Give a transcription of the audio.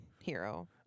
hero